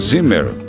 Zimmer